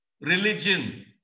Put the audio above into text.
religion